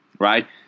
Right